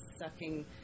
sucking